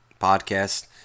podcast